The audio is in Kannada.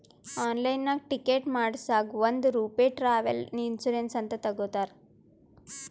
ಆನ್ಲೈನ್ನಾಗ್ ಟಿಕೆಟ್ ಮಾಡಸಾಗ್ ಒಂದ್ ರೂಪೆ ಟ್ರಾವೆಲ್ ಇನ್ಸೂರೆನ್ಸ್ ಅಂತ್ ತಗೊತಾರ್